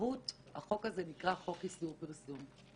במהות החוק הזה נקרא חוק איסור פרסום.